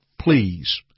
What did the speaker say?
please